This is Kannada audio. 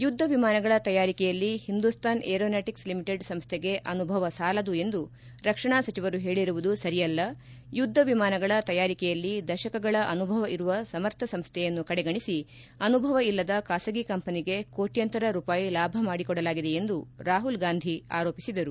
ಯುದ್ಧ ವಿಮಾನಗಳ ತಯಾರಿಕೆಯಲ್ಲಿ ಹಿಂದೂಸ್ಥಾನ್ ಏರೋನಾಟಿಕ್ಸ್ ಲಿಮಿಟೆಡ್ ಸಂಸ್ಥೆಗೆ ಅನುಭವ ಸಾಲದು ಎಂದು ರಕ್ಷಣಾ ಸಚಿವರು ಪೇಳಿರುವುದು ಸರಿಯಲ್ಲ ಯುದ್ಧ ವಿಮಾನಗಳ ತಯಾರಿಕೆಯಲ್ಲಿ ದಶಕಗಳ ಅನುಭವ ಇರುವ ಸಮರ್ಥ ಸಂಸ್ಥೆಯನ್ನು ಕಡೆಗಣಿಸಿ ಅನುಭವ ಇಲ್ಲದ ಖಾಸಗಿ ಕಂಪೆನಿಗೆ ಕೋಟ್ಕಾಂತರ ರೂಪಾಯಿ ಲಾಭ ಮಾಡಿಕೊಡಲಾಗಿದೆ ಎಂದು ರಾಪುಲ್ಗಾಂಧಿ ಆರೋಪಿಸಿದರು